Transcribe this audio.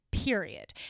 period